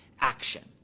action